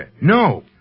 No